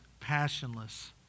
passionless